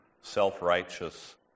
self-righteous